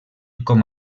com